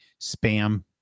spam